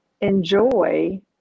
enjoy